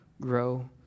grow